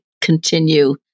continue